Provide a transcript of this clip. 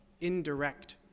indirect